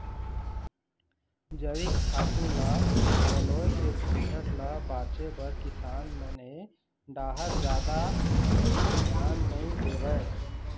जइविक खातू ल पलोए के झंझट ल बाचे बर किसान मन ए डाहर जादा धियान नइ देवय